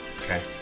Okay